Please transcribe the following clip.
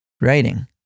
Writing